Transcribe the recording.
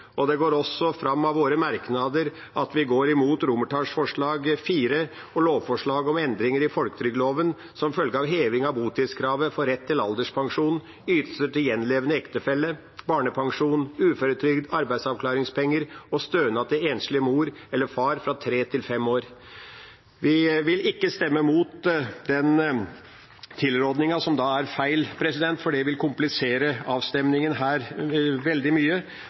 11-21. Det går også fram av våre merknader at vi går imot IV og lovforslaget om endringer i folketrygdloven som følge av heving av botidskravet for rett til alderspensjon, ytelser til gjenlevende ektefelle, barnepensjon, uføretrygd, arbeidsavklaringspenger og stønad til enslig mor eller far fra til tre til fem år. Vi vil ikke stemme imot den tilrådingen som er feil, for det vil komplisere avstemningen her veldig mye,